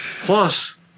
Plus